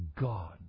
God